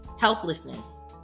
helplessness